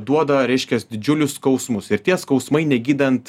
duoda reiškias didžiulius skausmus ir tie skausmai negydant